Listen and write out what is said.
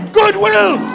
goodwill